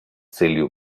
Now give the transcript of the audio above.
целью